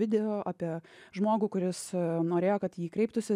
video apie žmogų kuris norėjo kad į jį kreiptųsi